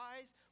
eyes